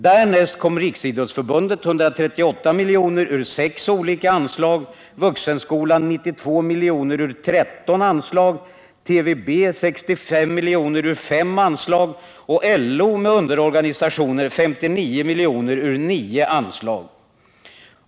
Därnäst kom Riksidrottsförbundet, 138 miljoner ur 6 olika anslag, Vuxenskolan 92 miljoner ur 13 anslag, TBV 65 miljoner ur 5 anslag och LO med underorganisationer 59 miljoner ur 9 anslag.